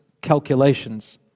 calculations